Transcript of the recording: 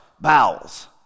bowels